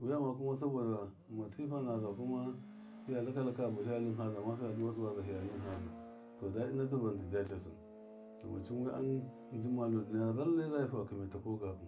Wiyama kuma sabɔda matsifa naza kuma faya laka laka bahiya lɨm haza ma fiya duwa duwa zahiya lɨm haza tɔda na tivan tɨja cassɨ domacɨn wiya am njima linaya lavai rajifu a kɨmai takɔ gabu,